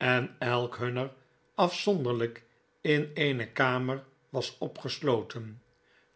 en elk hunner afzonderlijk in eene kamer was opgesloten